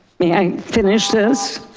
may i finish this?